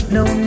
no